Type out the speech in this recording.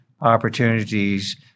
opportunities